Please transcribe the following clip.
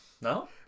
No